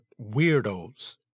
weirdos